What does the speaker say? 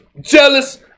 Jealous